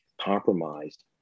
compromised